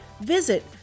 visit